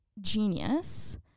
genius